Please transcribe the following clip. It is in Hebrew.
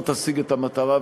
לא תשיג את המטרה.